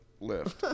lift